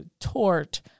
tort